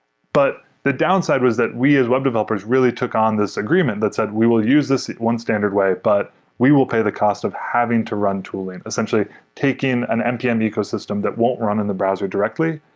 but the downside was that we as web developers really took on this agreement that said we will use this one standard way, but we will pay the cost of having to run tooling. essentially taking an npm ecosystem that won't run in the browser directly,